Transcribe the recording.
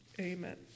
amen